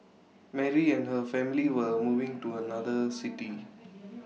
Mary and her family were moving to another city